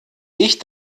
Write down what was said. ich